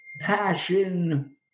passion